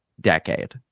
decade